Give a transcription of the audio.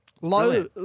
Low